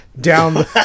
down